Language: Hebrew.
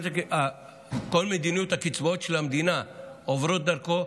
כל מדיניות הקצבאות של המדינה עוברות דרכו,